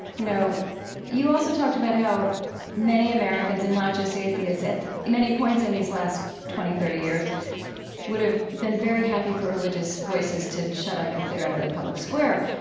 you know you also talked about how many americans, americans, and not just atheists, at many points in these last twenty, thirty years would have been very happy for religious voices to shut up and clear out the public square.